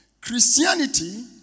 Christianity